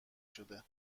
شدم